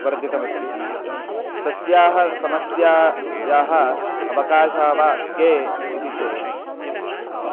वर्धितमस्ति तस्याः समस्यायाः अवकाशः वा के इति चेत्